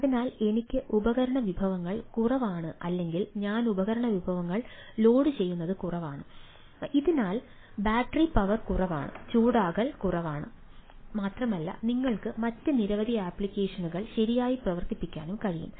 അതിനാൽ എനിക്ക് ഉപകരണ വിഭവങ്ങൾ കുറവാണ് അല്ലെങ്കിൽ ഞാൻ ഉപകരണ വിഭവങ്ങൾ ലോഡുചെയ്യുന്നത് കുറവാണ് ഇതിനാൽ ബാറ്ററി പവർ കുറവാണ് ചൂടാകൽ കുറവാണ് മാത്രമല്ല നിങ്ങൾക്ക് മറ്റ് നിരവധി ആപ്ലിക്കേഷനുകൾ ശരിയായി പ്രവർത്തിപ്പിക്കാനും കഴിയും